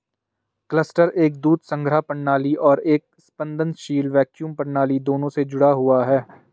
cluster एक दूध संग्रह प्रणाली और एक स्पंदनशील वैक्यूम प्रणाली दोनों से जुड़ा हुआ है